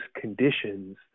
conditions